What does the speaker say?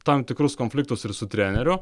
tam tikrus konfliktus ir su treneriu